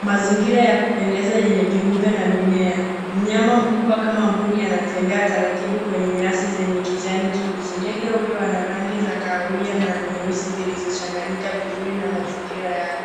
Mazingira ya kupendeza yenye viumbe na mimea. Mnyama mkubwa kama mbuni anatembea taratibu kwenye nyasi zenye kijani kibichi. Ndege huyo ana rangi za kahawia na nyeusi zilizochanganyika vizuri na mazingira yake.